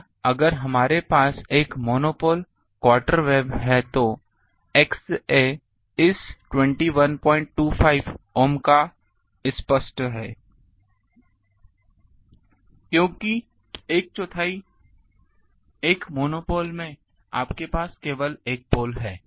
और अगर हमारे पास एक मोनोपोल क्वॉर्टर वेव है तो XA इस 2125 ohm का का स्पष्ट है क्योंकि एक चौथाई एक मोनोपोल में आपके पास केवल 1 पोल है